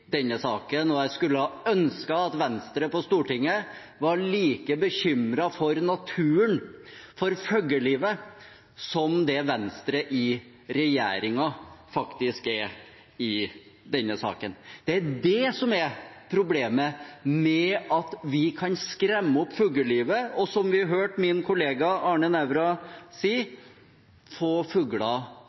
denne saken, og jeg skulle ønske at Venstre på Stortinget var like bekymret for naturen, for fuglelivet, som det Venstre i regjeringen er i denne saken. Det er det som er problemet, at vi kan skremme opp fuglelivet, og – som vi hørte min kollega Arne Nævra si – få fugler